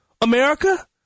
America